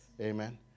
Amen